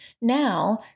Now